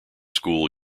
school